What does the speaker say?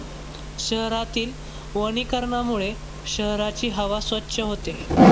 शहरातील वनीकरणामुळे शहराची हवा स्वच्छ होते